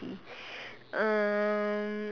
um